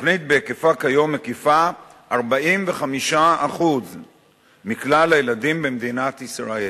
התוכנית בהיקפה כיום מקיפה 45% מכלל הילדים במדינת ישראל.